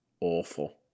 awful